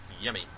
yummy